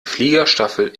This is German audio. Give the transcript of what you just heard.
fliegerstaffel